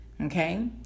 okay